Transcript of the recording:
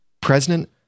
President